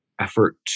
effort